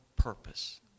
purpose